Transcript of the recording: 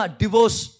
divorce